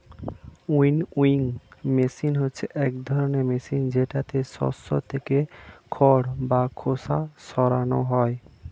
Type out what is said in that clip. winnowing machine হচ্ছে এক ধরনের মেশিন যেটাতে শস্য থেকে খড় বা খোসা সরানো হয়